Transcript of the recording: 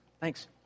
thanks